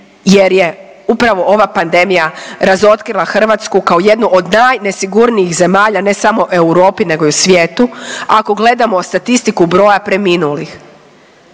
jer je upravo ova pandemija razotkrila Hrvatsku kao jednu od najnesigurnijih zemalja ne samo u Europi nego i u svijetu ako gledamo statistiku broja preminulih.